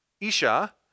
Isha